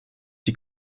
die